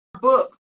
book